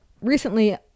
recently